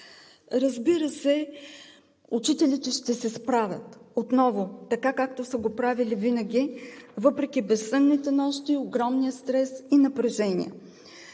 Разбира се, учителите ще се справят отново, така както са го правили винаги, въпреки безсънните нощи, огромния стрес и напрежение.